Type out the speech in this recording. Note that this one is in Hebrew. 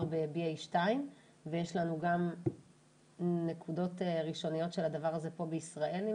ב-BA2 ויש לנו גם נקודות ראשוניות של הדבר הזה פה בישראל?